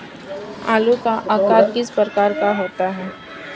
आलू का आकार किस प्रकार का होता है?